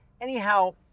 Anyhow